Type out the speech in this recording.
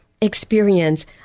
Experience